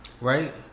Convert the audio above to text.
right